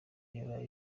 yaraye